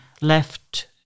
left